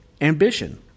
ambition